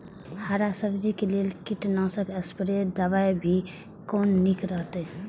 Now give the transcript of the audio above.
हरा सब्जी के लेल कीट नाशक स्प्रै दवा भी कोन नीक रहैत?